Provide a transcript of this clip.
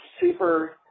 super